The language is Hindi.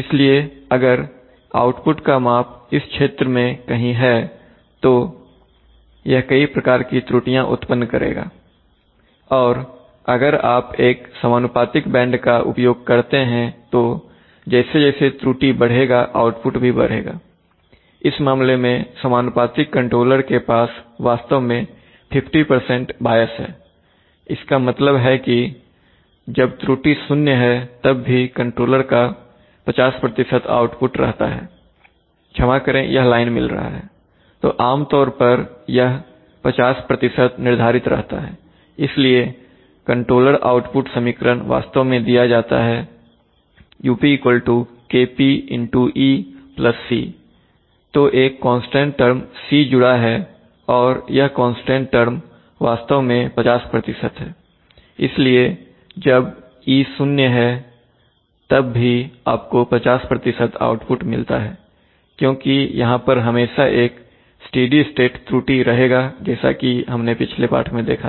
इसलिए अगर आउटपुट का माप इस क्षेत्र में कहीं है तो यह कई प्रकार की त्रुटियों को उत्पन्न करेगा और अगर आप एक समानुपातिक बैंड का उपयोग करते हैं तो जैसे जैसे त्रुटि बढ़ेगा आउटपुट भी बढ़ेगा इस मामले में समानुपातिक कंट्रोलर के पास वास्तव में 50 बायस है इसका मतलब है कि जब त्रुटि शून्य है तब भी कंट्रोलर का 50 आउटपुट रहता है क्षमा करें यह लाइन मिल रहा है तो आमतौर पर यह 50 पर निर्धारित रहता है इसलिए कंट्रोलर आउटपुट समीकरण वास्तव में दिया जाता है u Kp C तो एक कांस्टेंट टर्म C जुड़ा हैऔर यह कांस्टेंट टर्म वास्तव में 50 है इसलिए जब e शुन्य है तब भी आपको 50 आउटपुट मिलता है क्योंकि यहां पर हमेशा एक स्टेडी स्टेट त्रुटि रहेगाजैसा कि हमने पिछले पाठ में देखा था